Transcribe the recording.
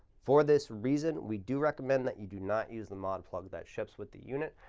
for this reason, we do recommend that you do not use the mod plug that ships with the unit.